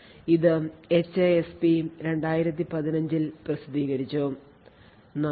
ഇത് HASP 2015 ൽ പ്രസിദ്ധീകരിച്ചു നന്ദി